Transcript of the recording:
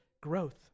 growth